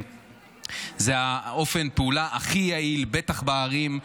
זה אופן הפעולה הכי יעיל, בטח בערים.